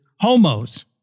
homos